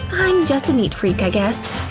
i'm just a neat freak i guess.